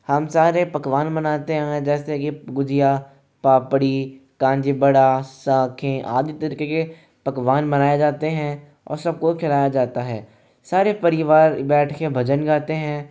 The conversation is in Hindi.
हम सारे पकवान बनाते हैं जैसे की गुजिया पापड़ी कांजी बड़ा सागे आदि तरह के पकवान बनाए जाते हैं और सबको खिलाया जाता है सारे परिवार बैठ के भजन गाते हैं